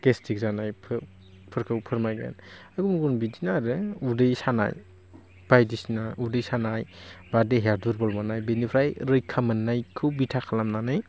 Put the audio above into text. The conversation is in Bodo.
गेस्ट्रिक जानायफोरखौ गुबुन गुबुन बिथिं आरो उदै सानाय बायदिसिना उदै सानाय बा देहाया दुरबल मोन्नाय बिनिफ्राय रैखा मोननायखौ बिथा खालामनानै